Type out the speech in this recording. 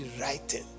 writing